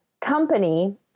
company